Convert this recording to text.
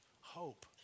hope